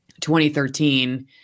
2013